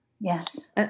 yes